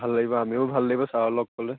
ভাল লাগিব আমিও ভাল লাগিব ছাৰৰ লগ পালে